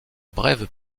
brève